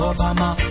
Obama